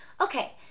okay